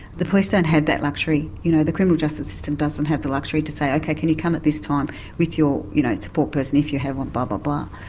the police don't have that luxury you know the criminal justice system doesn't have the luxury to say ok, can you come at this time with your you know support person if you have one, but blah, blah,